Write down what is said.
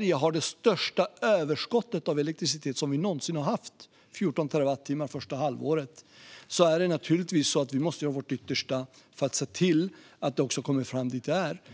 dessutom har det största överskott av elektricitet som vi någonsin haft - 14 terawattimmar under det första halvåret - måste vi naturligtvis göra vårt yttersta för att se till att det också kommer fram dit det ska.